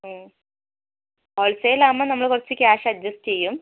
wholesale ആവുമ്പോൾ നമ്മൾ കുറച്ച് ക്യാഷ് അഡ്ജസ്റ്റ് ചെയ്യും